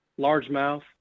largemouth